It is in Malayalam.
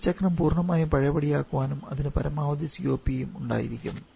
ഈ ചക്രം പൂർണ്ണമായും പഴയപടിയാക്കാനാകും അതിന് പരമാവധി COP ഉണ്ടായിരിക്കും